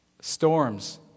storms